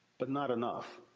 but not enough.